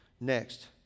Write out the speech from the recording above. next